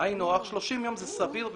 היינו הך, 30 יום זה סביר ביותר.